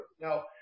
Now